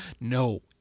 no